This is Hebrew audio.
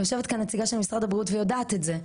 יושבת כאן נציגה של משרד הבריאות ויודעת את זה.